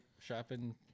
shopping